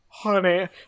Honey